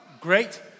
great